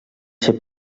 ser